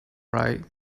right